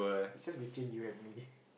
it just between you and me